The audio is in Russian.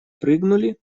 прыгнули